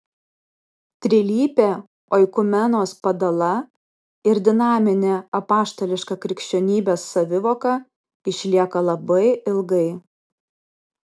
trilypė oikumenos padala ir dinaminė apaštališka krikščionybės savivoka išlieka labai ilgai